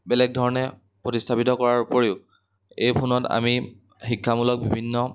বেলেগ ধৰণে প্ৰতিস্থাপিত কৰাৰ উপৰিও এই ফোনত আমি শিক্ষামূলক বিভিন্ন